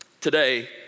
Today